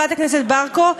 חברת הכנסת ברקו,